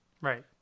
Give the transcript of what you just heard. Right